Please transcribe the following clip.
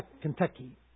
Kentucky